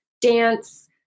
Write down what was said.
dance